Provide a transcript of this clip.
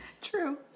True